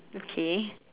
okay